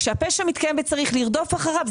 כאשר הפשע מתקיים וצריך לרדוף אחריו,